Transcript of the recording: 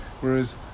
whereas